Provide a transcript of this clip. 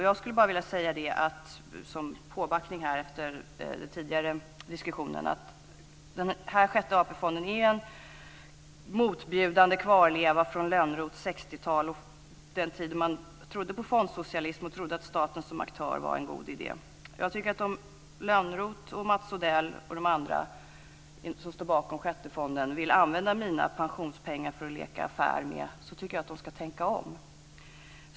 Jag skulle bara vilja säga, som påbackning efter den tidigare diskussionen, att Sjätte AP-fonden är en motbjudande kvarleva från Lönnroths 60-tal och den tid då man trodde på fondsocialism och på att staten som aktör var en god idé. Om Lönnroth, Mats Odell och de andra som står bakom Sjätte AP-fonden vill använda mina pensionspengar för att leka affär tycker jag att de ska tänka om.